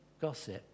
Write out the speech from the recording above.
gossip